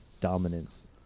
dominance